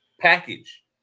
package